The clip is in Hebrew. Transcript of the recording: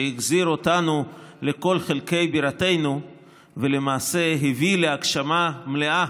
שהחזירה אותנו לכל חלקי בירתנו ולמעשה הביאה להגשמה מלאה